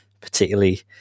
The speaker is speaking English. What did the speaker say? particularly